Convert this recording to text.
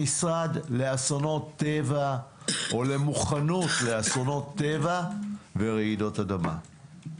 המשרד לאסונות טבע או למוכנות לאסונות טבע ורעידות אדמה.